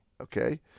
okay